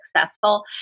successful